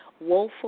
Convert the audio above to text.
woeful